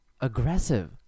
Aggressive